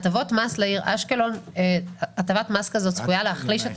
הטבת מס לעיר אשקלון צפויה להחליש את